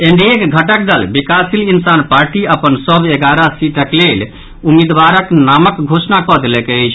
एनडीएक घटक दल विकासशील इंसान पार्टी अपन सभ एगारह सीटक लेल उम्मीदवारक नामक घोषणा कऽ देलक अछि